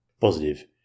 positive